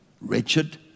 wretched